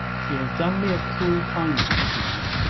she has done me a cruel kindness now.